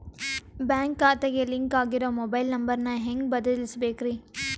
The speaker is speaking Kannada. ಬ್ಯಾಂಕ್ ಖಾತೆಗೆ ಲಿಂಕ್ ಆಗಿರೋ ಮೊಬೈಲ್ ನಂಬರ್ ನ ಹೆಂಗ್ ಬದಲಿಸಬೇಕ್ರಿ?